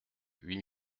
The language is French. huit